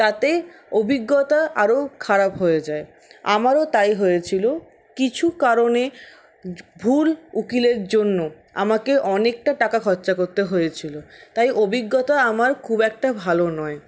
তাতে অভিজ্ঞতা আরো খারাপ হয়ে যায় আমারও তাই হয়েছিলো কিছু কারণে ভুল উকিলের জন্য আমাকে অনেকটা টাকা খরচা করতে হয়েছিলো তাই অভিজ্ঞতা আমার খুব একটা ভালো নয়